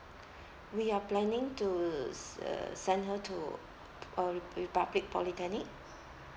we are planning to s~ uh send her to uh re~ republic polytechnic